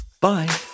bye